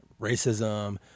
racism